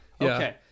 Okay